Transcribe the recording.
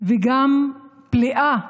וגם פליאה